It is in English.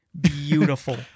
Beautiful